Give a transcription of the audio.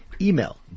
Email